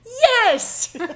Yes